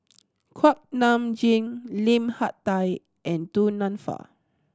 Kuak Nam Jin Lim Hak Tai and Du Nanfa